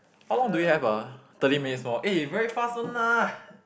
how long do we have ah thirty minutes more eh very fast one lah